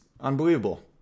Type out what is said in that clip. unbelievable